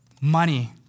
money